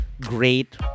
great